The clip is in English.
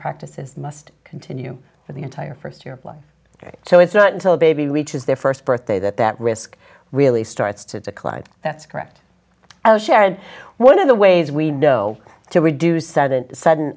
practices must continue for the entire first year of life so it's not until a baby reaches their first birthday that that risk really starts to decline that's correct and one of the ways we know to reduce sudden